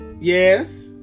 Yes